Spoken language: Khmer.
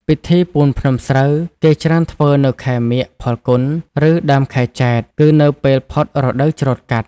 ពិធីពូនភ្នំសូ្រវគេច្រើនធ្វើនៅខែមាឃ-ផល្គុន ឬដើមខែចេត្រ គឺនៅពេលផុតរដូវច្រូតកាត់។